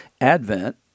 Advent